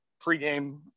pregame